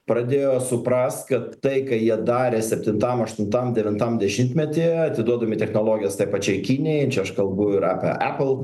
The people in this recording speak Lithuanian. pradėjo suprast kad tai ką jie darė septintam aštuntam devintam dešimtmetyje atiduodami technologijas tai pačiai kinijai čia aš kalbu ir apie epal